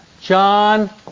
John